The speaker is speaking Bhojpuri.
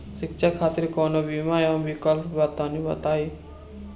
शिक्षा खातिर कौनो बीमा क विक्लप बा तनि बताई?